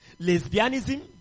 lesbianism